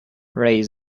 raise